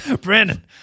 Brandon